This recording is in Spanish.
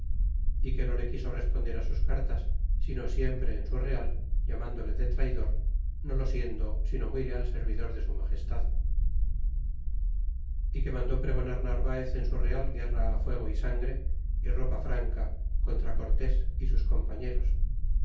y que no le quiso responder sus cartas sino siempre en su real llamándole de traidor no lo siendo si no muy leal servidor de su magestad é que mandó pregonar narvaez en su real guerra fuego y sangre y ropa franca contra cortés sus compañeros